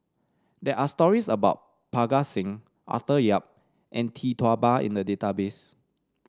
there are stories about Parga Singh Arthur Yap and Tee Tua Ba in the database